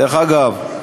דרך אגב,